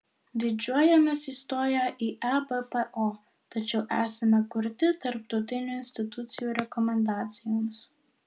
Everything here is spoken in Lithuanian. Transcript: didžiuojamės įstoję į ebpo tačiau esame kurti tarptautinių institucijų rekomendacijoms